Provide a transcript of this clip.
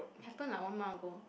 happen like one month ago